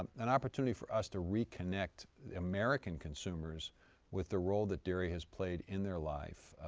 um an opportunity for us to reconnect american consumers with the role that dairy has played in their life,